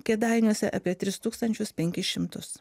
kėdainiuose apie tris tūkstančius penkis šimtus